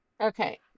Okay